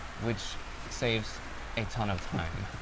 which saves a ton of time.